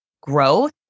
growth